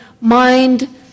mind